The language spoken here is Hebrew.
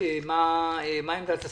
מה עמדת השרה,